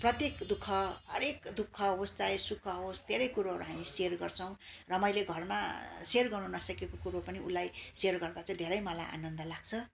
प्रत्येक दु ख हरेक दु ख होस् चाहे सुख होस् धेरै कुरोहरू हामी सेयर गर्छौँ र मैले घरमा सेयर गर्नु नसकेको कुरो पनि उसलाई सेयर गर्दा चाहिँ धेरै मलाई आनन्द लाग्छ